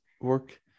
work